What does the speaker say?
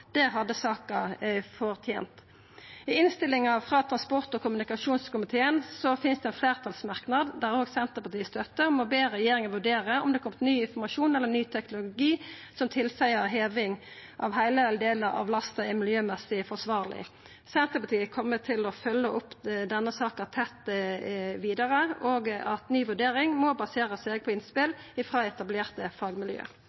Det hadde saka fortent. I innstillinga frå transport- og kommunikasjonskomiteen finst det ein fleirtalsmerknad der også Senterpartiet støttar å «be regjeringen vurdere om det har tilkommet ny informasjon eller ny teknologi som tilsier at heving av hele eller deler av lasten er miljømessig forsvarlig». Senterpartiet kjem til å følgja denne saka tett opp vidare. Ny vurdering må basera seg på